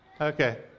Okay